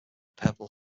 purple